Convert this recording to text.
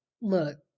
look